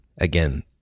Again